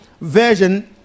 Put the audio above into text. version